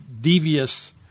devious